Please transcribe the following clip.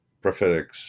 prophetic